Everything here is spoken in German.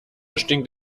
stinkt